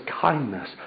kindness